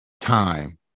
time